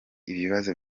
ibibazo